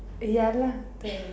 ya lah the